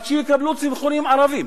רק שיקבלו צמחונים ערבים